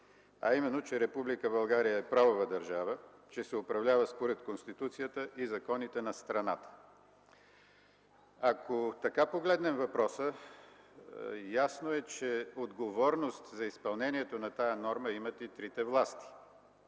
България е правова държава. Тя се управлява според Конституцията и законите на страната.” Ако погледнем така въпроса, ясно е, че отговорност за изпълнението на тази норма имат и трите власти.